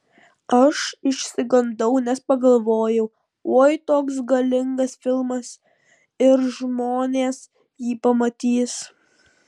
aš išsigandau nes pagalvojau oi toks galingas filmas ir žmonės jį pamatys